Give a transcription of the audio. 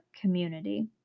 community